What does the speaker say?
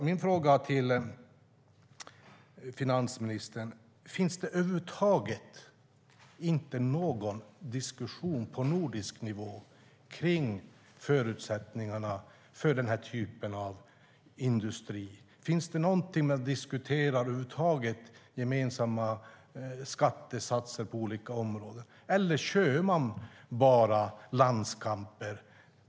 Min fråga till finansministern är: Finns det inte någon diskussion över huvud taget på nordisk nivå kring förutsättningarna för den här typen av industri? Finns det inte någon diskussion över huvud taget om gemensamma skattesatser på olika områden? Eller kör man bara landskamper?